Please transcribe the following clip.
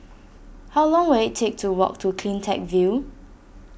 how long will it take to walk to CleanTech View